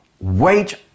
Wait